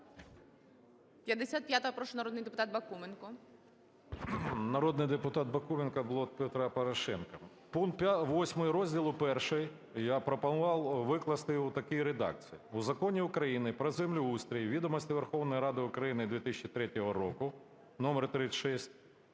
Народний депутат Бакуменко, "Блок Петра Порошенка". Пункт 8 розділу І я пропонував викласти у такій редакції: у Законі України "Про землеустрій" (Відомості Верховної Ради України 2003 року, № 36):